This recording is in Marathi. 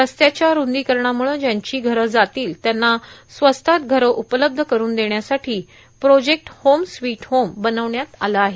रस्त्याच्या रंदोकरणामुळं ज्यांची घरे जातील त्यांना स्वस्तात घरे उपलब्ध करून देण्यासाठो प्रोजेक्ट होम स्वीट होम बनवण्यात आलं आहे